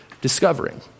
discovering